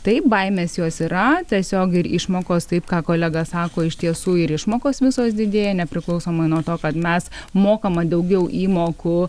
taip baimės jos yra tiesiog ir išmokos taip ką kolega sako iš tiesų ir išmokos visos didėja nepriklausomai nuo to kad mes mokama daugiau įmokų